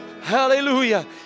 Hallelujah